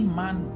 man